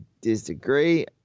disagree